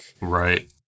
Right